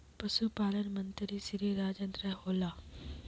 पशुपालन मंत्री श्री राजेन्द्र होला?